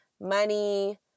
money